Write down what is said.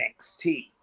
NXT